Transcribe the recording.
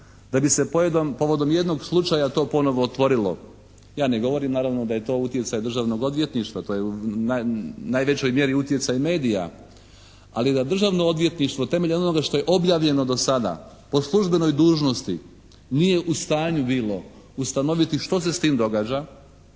da bi se povodom jednog slučaja to ponovo otvorilo. Ja ne govorim naravno da je to utjecaj Državnog odvjetništva, to je u najvećoj mjeri utjecaj medija ali da Državno odvjetništvo temeljem onoga što je objavljeno do sada po službenoj dužnosti nije u stanju bilo ustanoviti što se s tim događa